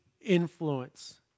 influence